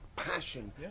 passion